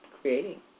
creating